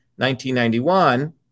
1991